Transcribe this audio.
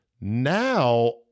Now